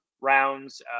rounds